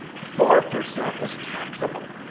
four percent is taxable.